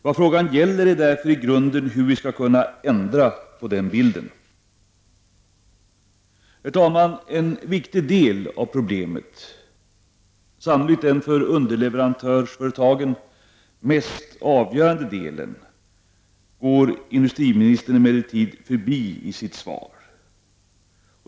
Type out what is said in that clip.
Vad frågan i grunden gäller är därför hur vi skall ändra på den bilden. Herr talman! En viktig del av problemet, sannolikt den för underleverantörsföretagen mest avgörande delen, går industriministern emellertid förbi i sitt svar.